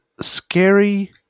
scary